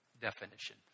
definition